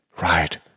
right